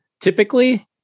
typically